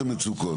המצוקות,